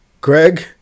Greg